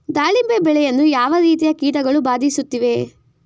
ದಾಳಿಂಬೆ ಬೆಳೆಯನ್ನು ಯಾವ ರೀತಿಯ ಕೀಟಗಳು ಬಾಧಿಸುತ್ತಿವೆ?